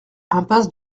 impasse